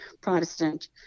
Protestant